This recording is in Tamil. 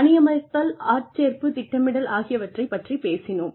பணியமர்த்தல் ஆட்சேர்ப்பு திட்டமிடல் ஆகியவற்றைப் பற்றி பேசினோம்